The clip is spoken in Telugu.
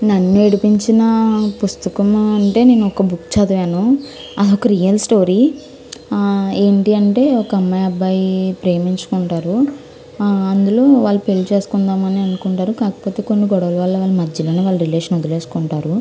నన్ను ఏడిపించిన పుస్తకము అంటే నేను ఒక బుక్ చదివాను అది ఒక రియల్ స్టోరీ ఏంటి అంటే ఒక అమ్మాయి అబ్బాయి ప్రేమించుకుంటారు అందులో వాళ్ళు పెళ్ళి చేసుకుందామని అనుకుంటారు కాకపోతే కొన్ని గొడవల వల్ల మధ్యలోనే వాళ్ళ రిలేషన్ వదిలేసుకుంటారు